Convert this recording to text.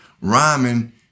rhyming